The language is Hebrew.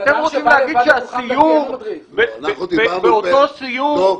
אתם רוצים להגיד שבאותו סיור --- דב,